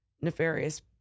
nefarious